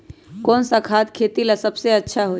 कौन सा खाद खेती ला सबसे अच्छा होई?